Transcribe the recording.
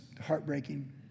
heartbreaking